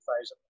phase